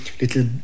little